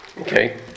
Okay